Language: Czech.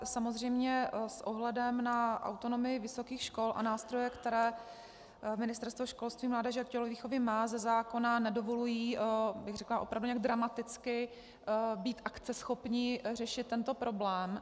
Samozřejmě s ohledem na autonomii vysokých škol a nástroje, které Ministerstvo školství, mládeže a tělovýchovy má ze zákona, nedovolují opravdu nějak dramaticky být akceschopni řešit tento problém.